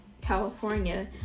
California